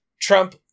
Trump